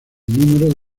número